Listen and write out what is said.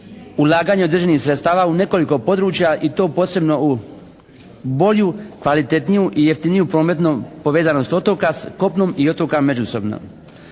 ulaganja državnih sredstava u nekoliko područja i to posebno u bolju, kvalitetniju i jeftiniju prometnu povezanost otoka sa kopnom i otoka međusobno,